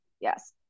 yes